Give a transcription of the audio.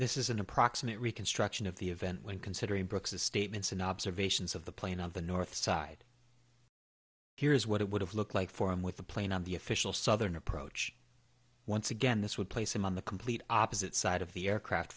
this is an approximate reconstruction of the event when considering brooks's statements and observations of the plane on the north side here's what it would have looked like for him with the plane on the official southern approach once again this would place him on the complete opposite side of the aircraft